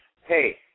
Hey